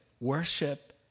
Worship